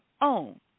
own